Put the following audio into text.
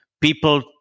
people